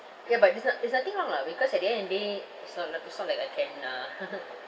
ya but there's not~ there's nothing wrong lah because at the end of the day it's not not it's not like I can uh